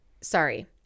sorry